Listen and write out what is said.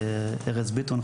ולארז ביטון,